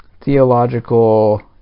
theological